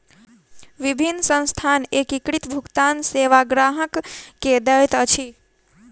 विभिन्न संस्थान एकीकृत भुगतान सेवा ग्राहक के दैत अछि